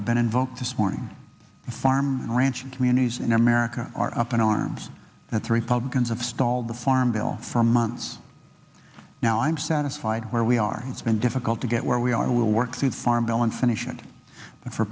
have been invoked this morning the farm ranch in communities in america are up in arms that the republicans have stalled the farm bill for months now i'm satisfied where we are it's been difficult to get where we are we'll work through the farm bill and finish it for